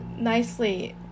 nicely